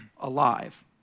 alive